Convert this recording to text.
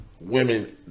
women